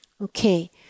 Okay